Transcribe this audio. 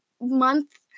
month